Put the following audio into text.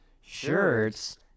shirts